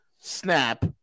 snap